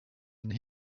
and